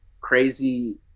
crazy